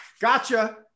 gotcha